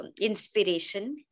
inspiration